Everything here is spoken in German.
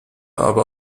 aber